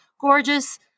gorgeous